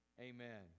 Amen